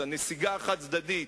הנסיגה החד-צדדית,